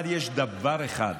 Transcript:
אבל יש דבר אחד,